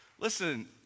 Listen